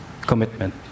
commitment